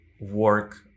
work